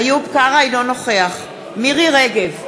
אינו נוכח מירי רגב,